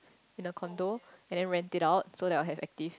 in a condo and then rent it out so that I'll have active